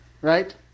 right